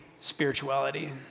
spirituality